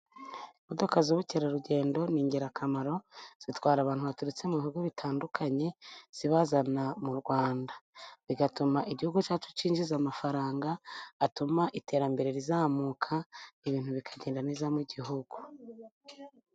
Imodoka z'ubukerarugendo ni ingirakamaro, zitwara abantu baturutse mu bihugu bitandukanye zibazana mu Rwanda. Bigatuma Igihugu cyacu cyinjiza amafaranga atuma iterambere rizamuka, ibintu bikagenda neza mu Gihugu.